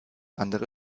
andere